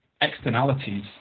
externalities